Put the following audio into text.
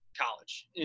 college